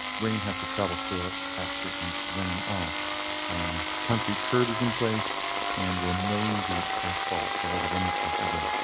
rain has to travel through it, captured and drain off concrete curbs in place and we're milling the asphalt for weather. running track will go